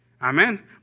Amen